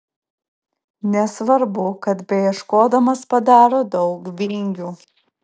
nesvarbu kad beieškodamas padaro daug vingių